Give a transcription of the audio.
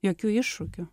jokių iššūkių